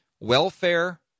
welfare